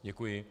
Děkuji.